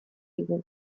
digu